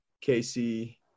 casey